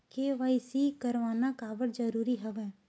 KYC करवाना काबर जरूरी हवय?